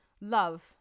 Love